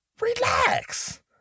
Relax